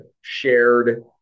shared